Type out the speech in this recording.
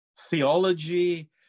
theology